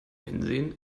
hinsehen